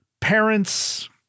parents